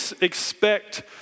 expect